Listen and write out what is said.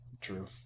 True